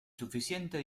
suficiente